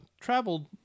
traveled